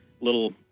little